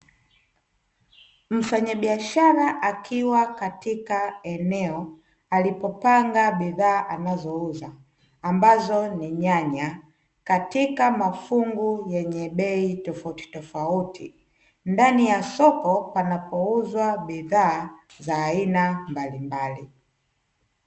Mfanyabiashara akiwa katika eneo alipopanga bidhaa anazouza, ambazo ni nyanya, katika mafungu yenye bei tofauti tofauti. Ndani ya soko panapouzwa bidhaa za aina mbalimbali.